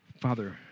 Father